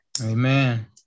Amen